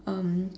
um